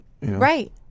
Right